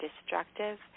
destructive